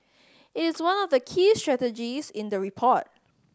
it is one of the key strategies in the report